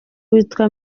witwa